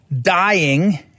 dying